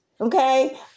Okay